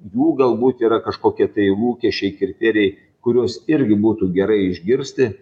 jų galbūt yra kažkokie tai lūkesčiai kriterijai kurios irgi būtų gerai išgirsti